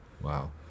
Wow